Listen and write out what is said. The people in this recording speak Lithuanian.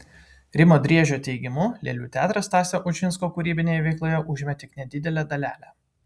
rimo driežio teigimu lėlių teatras stasio ušinsko kūrybinėje veikloje užėmė tik nedidelę dalelę